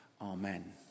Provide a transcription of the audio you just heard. Amen